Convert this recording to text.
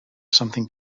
something